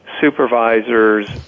supervisors